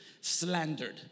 slandered